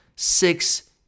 Six